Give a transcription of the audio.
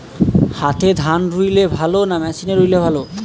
হাতে ধান রুইলে ভালো না মেশিনে রুইলে ভালো?